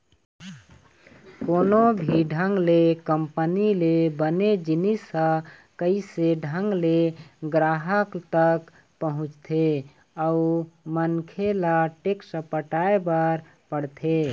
कोनो भी ढंग ले कंपनी ले बने जिनिस ह कइसे ढंग ले गराहक तक पहुँचथे अउ मनखे ल टेक्स पटाय बर पड़थे